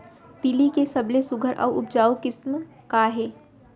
तिलि के सबले सुघ्घर अऊ उपजाऊ किसिम का हे?